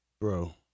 Bro